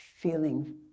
feeling